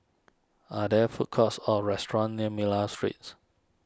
are there food courts or restaurants near Miller Street